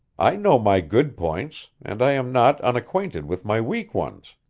i know my good points, and i am not unacquainted with my weak ones.